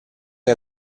che